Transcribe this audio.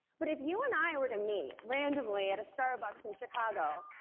but if you and i were to meet randomly at a starbucks in chicago,